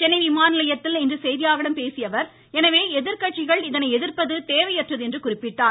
சென்னை விமான நிலையத்தில் இன்று செய்தியாளர்களிடம் பேசிய அவர் எனவே எதிர்கட்சிகள் இதனை எதிர்ப்பது தேவையற்றது என்றும் குறிப்பிட்டார்